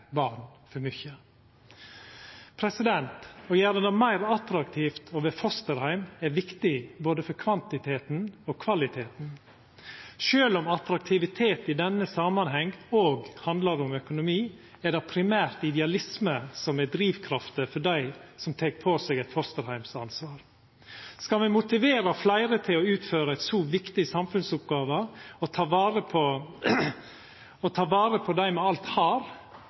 barn for mykje. Å gjera det meir attraktivt å vera fosterheim er viktig, både for kvantiteten og for kvaliteten. Sjølv om attraktivitet i denne samanheng òg handlar om økonomi, er det primært idealisme som er drivkrafta for dei som tek på seg eit fosterheimsansvar. Skal me motivera fleire til å utføra ei så viktig samfunnsoppgåve, å ta vare på dei me alt har,